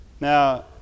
Now